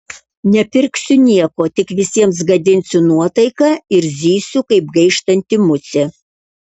nepirksiu nieko tik visiems gadinsiu nuotaiką ir zysiu kaip gaištanti musė